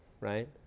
right